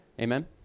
Amen